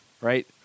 right